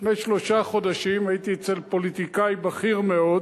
לפני שלושה חודשים הייתי אצל פוליטיקאי בכיר מאוד,